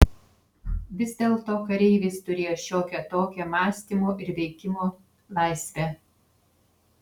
vis dėlto kareivis turėjo šiokią tokią mąstymo ir veikimo laisvę